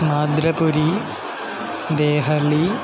माद्रपुरी Delhi